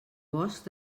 bosc